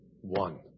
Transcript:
one